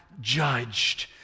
judged